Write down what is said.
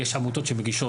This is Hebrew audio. יש עמותות שמגישות,